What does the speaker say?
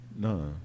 no